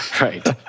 Right